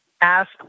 Ask